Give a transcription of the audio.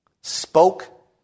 spoke